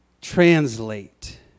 translate